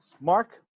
Mark